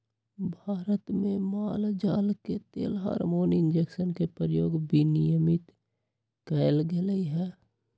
भारत में माल जाल के लेल हार्मोन इंजेक्शन के प्रयोग विनियमित कएल गेलई ह